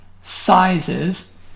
sizes